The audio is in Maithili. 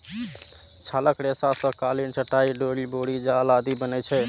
छालक रेशा सं कालीन, चटाइ, डोरि, बोरी जाल आदि बनै छै